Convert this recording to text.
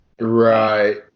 Right